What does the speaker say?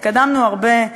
התקדמנו הרבה,